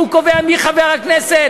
הוא קובע מי חבר הכנסת,